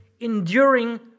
enduring